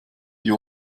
die